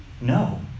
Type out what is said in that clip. No